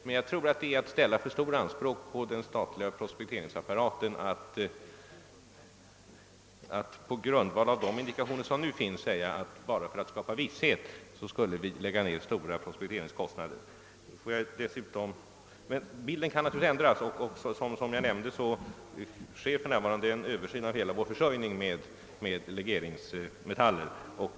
Men jag tror att det är att ställa för stora anspråk på den statliga prospekteringsapparaten att hävda, att vi på grundval av de indikationer som nu finns skulle lägga ned stora prospekteringskostnader bara för att ge allmänheten visshet. Bilden kan naturligtvis ändras, och som jag nämnde görs för närvarande en översyn av hela vår försörjning med legeringsmetaller.